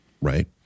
right